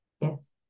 Yes